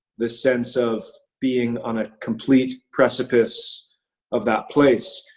this sense of being on a complete precipice of that place.